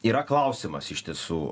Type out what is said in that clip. yra klausimas iš tiesų